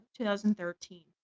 2013